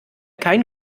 kein